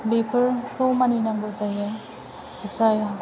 बेफोरखौ मानिनांगौ जायो जाय